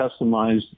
customized